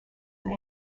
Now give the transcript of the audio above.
and